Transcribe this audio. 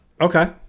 okay